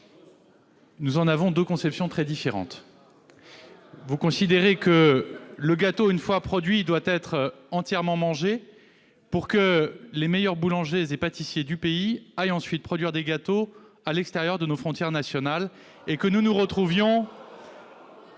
Nous en avons deux conceptions très différentes. Vous considérez que le gâteau, une fois produit, doit être entièrement mangé, pour que les meilleurs boulangers et pâtissiers du pays aillent ensuite produire des gâteaux à l'extérieur de nos frontières nationales ... Ce n'est pas la question !...